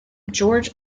george